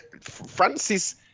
Francis